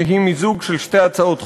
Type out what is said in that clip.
שהיא מיזוג של שתי הצעות חוק,